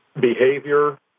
behavior